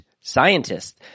scientists